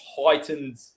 heightened